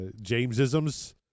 James-isms